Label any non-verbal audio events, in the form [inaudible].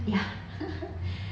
ya [laughs]